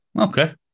Okay